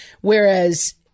Whereas